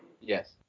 Yes